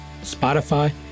Spotify